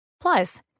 Plus